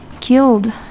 killed